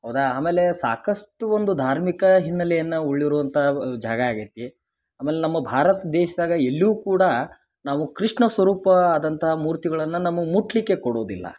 ಹೌದಾ ಆಮೇಲೆ ಸಾಕಷ್ಟು ಒಂದು ಧಾರ್ಮಿಕ ಹಿನ್ನಲೆಯನ್ನ ಉಳ್ಳಿರುವಂಥಾ ಜಾಗ ಆಗೈತಿ ಆಮೇಲೆ ನಮ್ಮ ಭಾರತ ದೇಶದಾಗ ಎಲ್ಲೂ ಕೂಡ ನಾವು ಕೃಷ್ಣ ಸ್ವರೂಪ ಆದಂಥ ಮೂರ್ತಿಗಳನ್ನ ನಮಗೆ ಮುಟ್ಟಲಿಕ್ಕೆ ಕೊಡುದಿಲ್ಲ